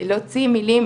להוציא מילים,